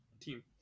team